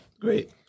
Great